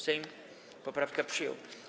Sejm poprawkę przyjął.